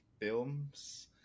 films